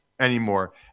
anymore